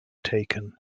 taken